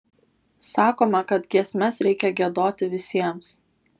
sakoma kad giesmes reikia giedoti visiems